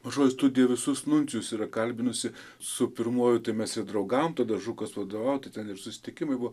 mažoji studija visus nuncijus yra kalbinusi su pirmuoju tai mes ir draugavom tada žukas vadovavo tai ten ir susitikimai buvo